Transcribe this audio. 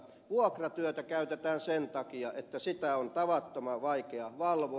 vuokratyötä käytetään sen takia että sitä on tavattoman vaikea valvoa